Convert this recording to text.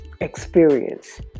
experience